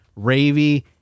Ravy